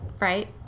right